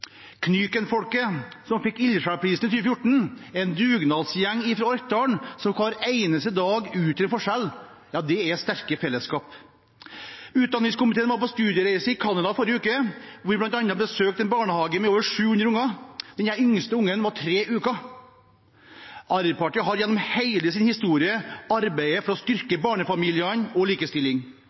Knykenfolket, som fikk Ildsjelprisen i 2014, er en dugnadsgjeng fra Orkdal som hver eneste dag utgjør en forskjell. Ja, det er sterke fellesskap. Utdanningskomiteen var på studiereise i Canada i forrige uke, hvor vi bl.a. besøkte en barnehage med over 700 unger, og der den yngste var tre uker gammel. Arbeiderpartiet har gjennom hele sin historie arbeidet for å styrke barnefamiliene og